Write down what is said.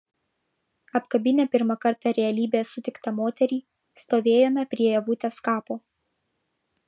apkabinę pirmą kartą realybėje sutiktą moterį stovėjome prie ievutės kapo